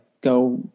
go